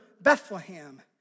Bethlehem